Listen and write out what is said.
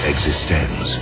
existence